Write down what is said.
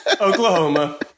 Oklahoma